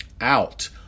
out